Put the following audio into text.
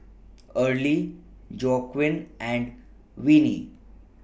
Early Joaquin and Venie